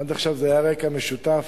עד עכשיו זה היה רקע משותף